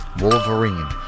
Wolverine